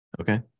okay